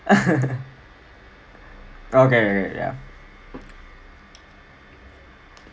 okay okay ya